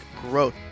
growth